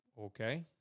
Okay